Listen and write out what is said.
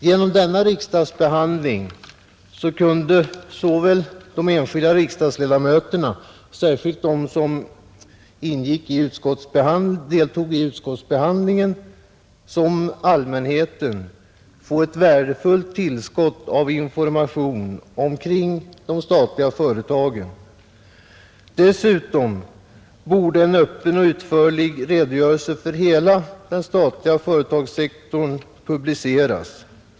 Genom denna riksdagsbehandling kunde såväl de enskilda riksdagsledamöterna, särskilt de som deltog i utskottsbehandlingen, som allmänheten få ett värdefullt tillskott av information omkring de statliga företagen. Dessutom borde en öppen och utförlig redogörelse för hela den statliga företagssektorn publiceras.